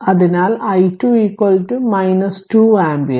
അതിനാൽ i2 2 ampere